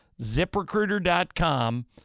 ZipRecruiter.com